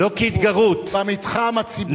במתחם הציבורי,